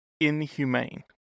inhumane